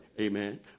Amen